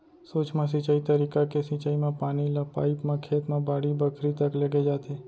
सूक्ष्म सिंचई तरीका के सिंचई म पानी ल पाइप म खेत म बाड़ी बखरी तक लेगे जाथे